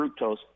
fructose